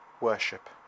worship